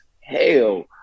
hell